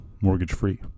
mortgage-free